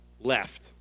left